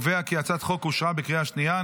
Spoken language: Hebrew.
הצעת החוק אושרה בקריאה השנייה.